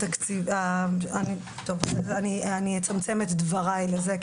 אני אצמצם את דבריי לזה.